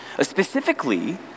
Specifically